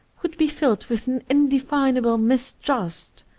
would be filled with an in definable mistrust.